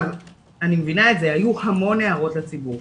אני מבינה את זה, היו המון הערות לציבור.